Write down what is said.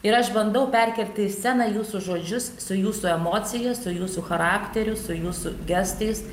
ir aš bandau perkelti į sceną jūsų žodžius su jūsų emocija su jūsų charakteriu su jūsų gestais